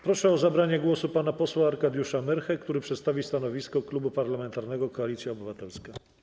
Proszę o zabranie głosu pana posła Arkadiusza Myrchę, który przedstawi stanowisko Klubu Parlamentarnego Koalicja Obywatelska.